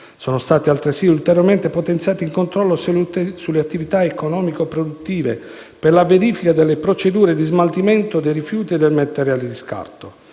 Sono stati, altresì, ulteriormente potenziati i controlli sulle attività economico-produttive per la verifica delle procedure di smaltimento dei rifiuti e del materiale di scarto.